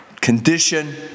condition